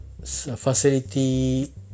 facility